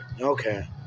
Okay